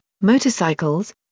motorcycles